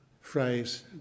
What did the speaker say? phrase